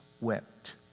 wept